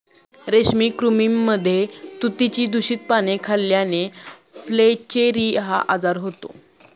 रेशमी कृमींमध्ये तुतीची दूषित पाने खाल्ल्याने फ्लेचेरी हा आजार होतो